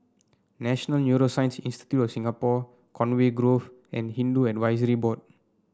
National Neuroscience Institute of Singapore Conway Grove and Hindu Advisory Board